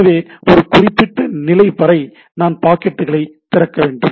எனவே ஒரு குறிப்பிட்ட நிலை வரை நான் பாக்கெட்டுகளை திறக்க வேண்டும்